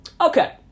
okay